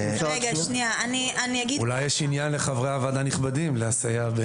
אולי יש עניין לחברי הוועדה הנכבדים לסייע.